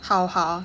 好好